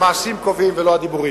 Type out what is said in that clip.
המעשים קובעים, ולא הדיבורים.